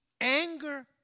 anger